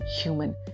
human